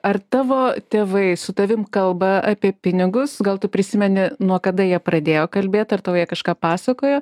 ar tavo tėvai su tavim kalba apie pinigus gal tu prisimeni nuo kada jie pradėjo kalbėt ar tau kažką pasakojo